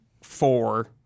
four